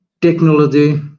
technology